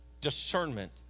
discernment